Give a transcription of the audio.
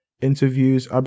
interviews